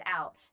out